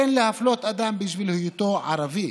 "אין להפלות אדם בשל היותו ערבי".